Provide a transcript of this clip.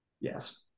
Yes